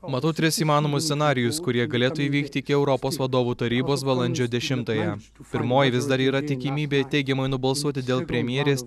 matau tris įmanomus scenarijus kurie galėtų įvykti iki europos vadovų tarybos balandžio dešimtąją pirmoji vis dar yra tikimybė teigiamai nubalsuoti dėl premjerės